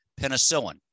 penicillin